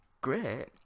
great